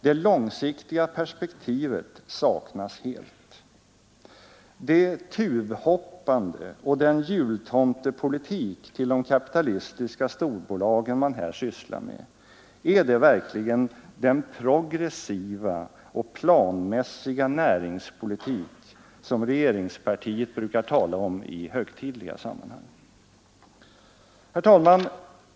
Det långsiktiga perspektivet saknas helt. Det tuvhoppande och den jultomtepolitik till förmån för de kapitalistiska storbolagen man här sysslar med är det verkligen den progressiva och planmässiga näringspolitik som regeringspartiet talar om i högtidliga sammanhang? Herr talman!